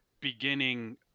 beginning